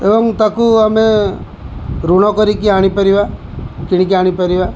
ଏବଂ ତାକୁ ଆମେ ଋଣ କରିକି ଆଣିପାରିବା କିଣିକି ଆଣିପାରିବା